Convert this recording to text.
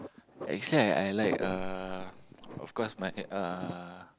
I say I I like uh of course my uh